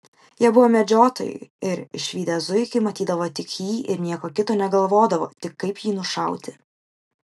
jie buvo medžiotojai ir išvydę zuikį matydavo tik jį ir nieko kito negalvodavo tik kaip jį nušauti